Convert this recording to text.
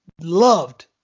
loved